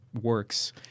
works